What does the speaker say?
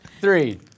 three